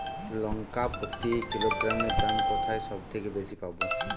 লঙ্কা প্রতি কিলোগ্রামে দাম কোথায় সব থেকে বেশি পাব?